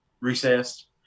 recessed